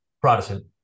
Protestant